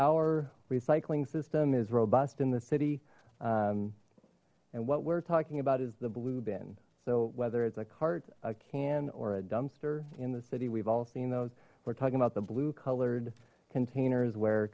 our recycling system is robust in the city and what we're talking about is the bloob end so whether it's a cart a can or a dumpster in the city we've all seen those we're talking about the blue colored containers where